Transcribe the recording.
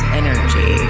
energy